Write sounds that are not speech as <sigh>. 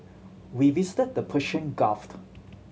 we visited the Persian <unintelligible>